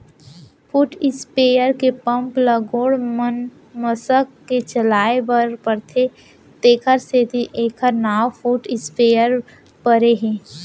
foot sprayer के pump ल गोड़ म मसक के चलाए बर परथे तेकर सेती एकर नांव फुट स्पेयर परे हे